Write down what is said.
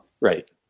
right